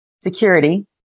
security